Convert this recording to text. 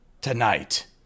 tonight